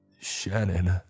Shannon